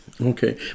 Okay